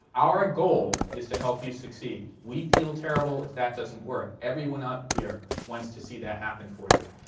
our goal is to help you succeed. we feel terrible if that doesn't work. everyone up here wants to see that happen for you.